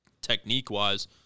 technique-wise